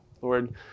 Lord